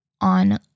on